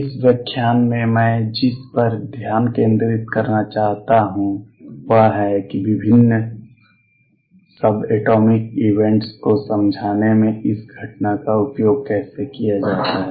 इस व्याख्यान में मैं जिस पर ध्यान केंद्रित करना चाहता हूं वह यह है कि विभिन्न सबएटोमिक इवेंट्स को समझाने में इस घटना का उपयोग कैसे किया जाता है